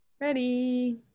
ready